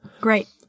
Great